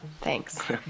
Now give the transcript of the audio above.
Thanks